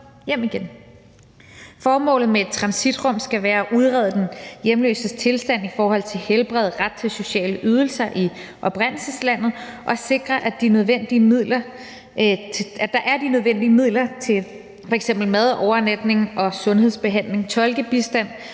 hjem igen. Formålet med et transitrum skal være at udrede den hjemløses tilstand i forhold til helbred, ret til sociale ydelser i oprindelseslandet og sikre, at der er de nødvendige midler til f.eks. mad, overnatning og sundhedsbehandling, tolkebistand